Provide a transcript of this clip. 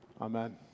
amen